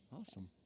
Awesome